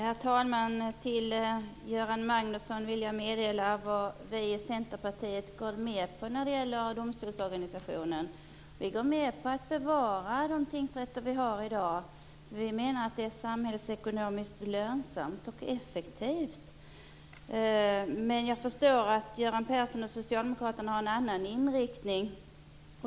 Herr talman! Till Göran Magnusson vill jag meddela vad vi i Centerpartiet har gått med på när det gäller domstolsorganisationen. Vi går med på att bevara de tingsrätter som vi har i dag. Vi menar att det är samhällsekonomiskt lönsamt och effektivt. Men jag förstår att Göran Persson och Socialdemokraterna har en annan inriktning.